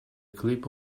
clip